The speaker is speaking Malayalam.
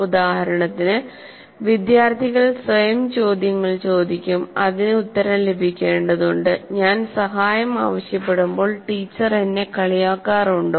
ഉദാഹരണത്തിന് വിദ്യാർത്ഥികൾ സ്വയം ചോദ്യങ്ങൾ ചോദിക്കും അതിന് ഉത്തരം ലഭിക്കേണ്ടതുണ്ട് ഞാൻ സഹായം ആവശ്യപ്പെടുമ്പോൾ ടീച്ചർ എന്നെ കളിയാക്കാറുണ്ടോ